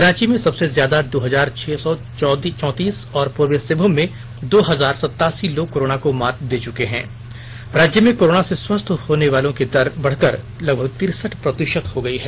रांची में सबसे ज्यादा दो हजार छह सौ चौंतीस और पूर्वी सिंहभूम में दो हजार सतासी लोग कोरोना को मात दे चुके हैं राज्य में कोरोना से स्वस्थ होने की दर बढ़कर लगभग तिरसठ प्रतिशत हो गई है